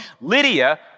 Lydia